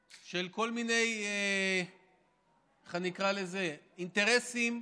של כל מיני, איך אני אקרא לזה, אינטרסים,